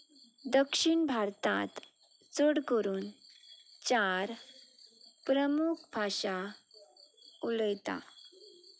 दक्षिण भारतांत चड करून चार प्रमूख भाशा उलयता